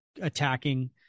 attacking